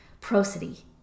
prosody